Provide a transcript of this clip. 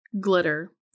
Glitter